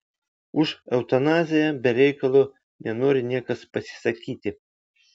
už eutanaziją be reikalo nenori niekas pasisakyti